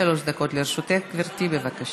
שלוש דקות לרשותך, גברתי, בבקשה.